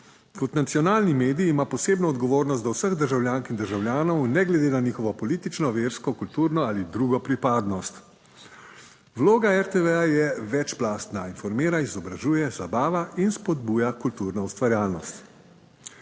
Kot nacionalni medij ima posebno odgovornost do vseh državljank in državljanov ne glede na njihovo politično, versko, kulturno ali drugo pripadnost. Vloga RTV je večplastna: informira, izobražuje, zabava in spodbuja kulturno ustvarjalnost.